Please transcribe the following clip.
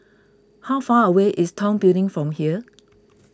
how far away is Tong Building from here